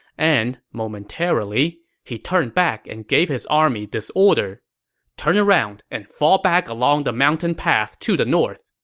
and momentarily, he turned back and gave his army this order turn around and fall back along the mountain path to the north